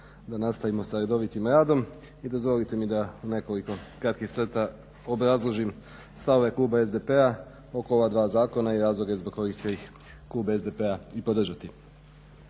da nastavimo sa redovitim radom i dozvolite mi da u nekoliko kratkih crta obrazložim stavove Kluba SDP-a oko ova dva zakona i razloge zbog kojih će ih Klub SDP-a i podržati.